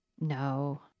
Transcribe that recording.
No